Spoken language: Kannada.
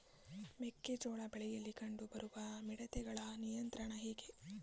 ಮೆಕ್ಕೆ ಜೋಳ ಬೆಳೆಯಲ್ಲಿ ಕಂಡು ಬರುವ ಮಿಡತೆಗಳ ನಿಯಂತ್ರಣ ಹೇಗೆ?